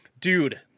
dude